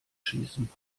schießen